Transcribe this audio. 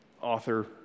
author